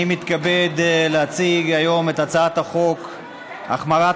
אני מתכבד להציג היום הצעת חוק להחמרת